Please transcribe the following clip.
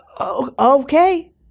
okay